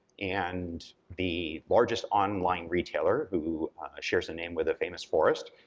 and the largest online retailer, who shares a name with a famous forest,